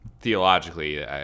theologically